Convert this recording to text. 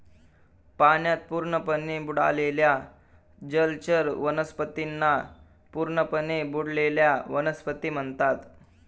पाण्यात पूर्णपणे बुडालेल्या जलचर वनस्पतींना पूर्णपणे बुडलेल्या वनस्पती म्हणतात